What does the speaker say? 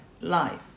life